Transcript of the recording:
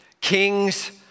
kings